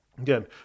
again